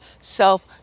self